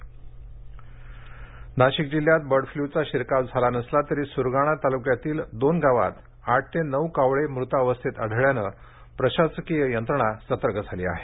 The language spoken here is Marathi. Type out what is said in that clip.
मृत कावळे नाशिक जिल्ह्यात बर्ड फ्ल्यूचा शिरकाव झाला नसला तरी सुरगाणा तालुक्यातील दोन गावात आठ ते नऊ कावळे मृत अवस्थेत आढळल्याने प्रशासकीय यंत्रणा सतर्क झाली आहे